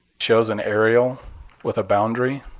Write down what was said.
shows an aerial with a boundary.